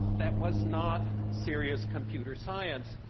that was not serious computer science,